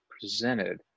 presented